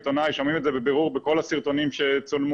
הוא עיתונאי שומעים את זה בבירור בכל הסרטונים שצולמו